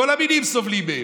מכל הגילים,